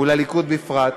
ולליכוד בפרט,